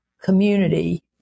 community